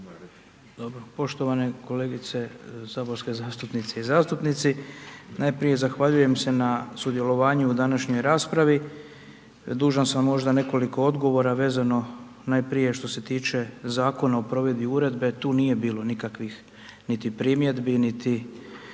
potpredsjedniče. Poštovane kolegice saborske zastupnice i zastupnici. Najprije, zahvaljujem se na sudjelovanju u današnjoj raspravi. Dužan sam možda nekoliko odgovora vezano najprije što se tiče Zakona o provedbi uredbe, tu nije bilo nikakvih niti primjedbi niti